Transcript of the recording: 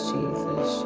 Jesus